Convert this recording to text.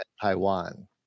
Taiwan